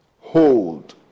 hold